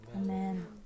Amen